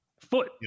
foot